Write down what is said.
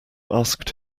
asked